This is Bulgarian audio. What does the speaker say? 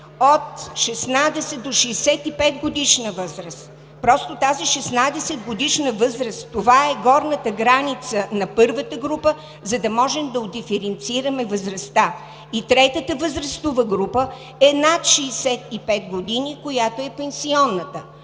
от 16- до 65-годишна възраст. Тази 16-годишна възраст – това е горната граница на първата група, за да можем да диференцираме възрастта. Третата възрастова група е над 65 години, която е пенсионната.